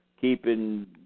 keeping